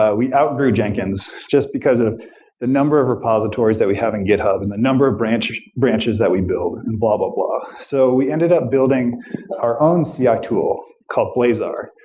ah we outgrew jenkins just because of the number of repositories that we have in github and the number of branches branches that we build, and blah-blah-blah. so we ended up building our own ci ah tool called blazar,